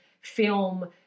film